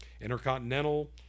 Intercontinental